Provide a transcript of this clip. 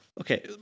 Okay